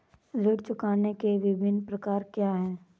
ऋण चुकाने के विभिन्न प्रकार क्या हैं?